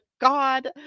god